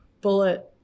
bullet